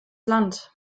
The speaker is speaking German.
land